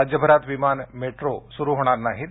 राज्यभरात विमान मेट्रो सुरू होणार नाहीत